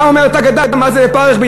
מה אומרת ההגדה, מה זה "בפרך"?